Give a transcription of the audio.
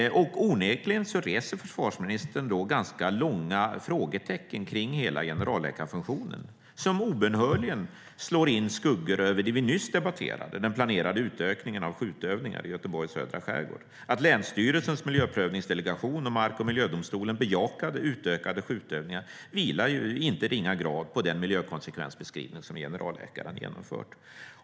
Onekligen reser försvarsministern ganska stora frågetecken kring hela generalläkarfunktionen som obönhörligen kastar skuggor över det vi nyss debatterade: den planerade utökningen av skjutövningar i Göteborgs södra skärgård. Att länsstyrelsens miljöprövningsdelegation och mark och miljödomstolen bejakade utökade skjutövningar vilar ju i inte ringa grad på den miljökonsekvensbeskrivning som generalläkaren genomfört.